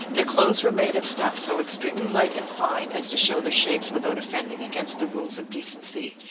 their clothes were made of stuffs so extremely light and fine as to show their shapes without offending against the rules of decency.